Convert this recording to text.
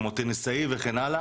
כמו טניסאי וכן הלאה